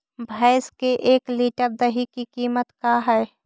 भैंस के एक लीटर दही के कीमत का है?